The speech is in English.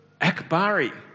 akbari